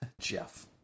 Jeff